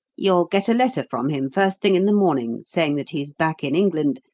you'll get a letter from him first thing in the morning saying that he's back in england,